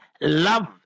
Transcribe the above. Love